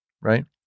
right